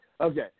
Okay